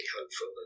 hopeful